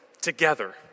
together